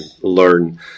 learn